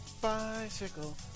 Bicycle